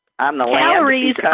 calories